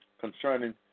concerning